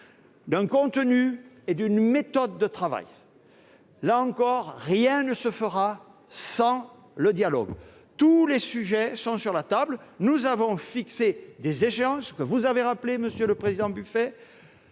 d'un contenu et d'une méthode de travail. Là encore, rien ne se fera sans dialogue. Tous les sujets sont sur la table. Nous avons fixé des échéances que vous avez rappelées, monsieur le président Buffet,